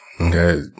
Okay